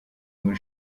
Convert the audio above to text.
muri